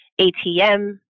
ATM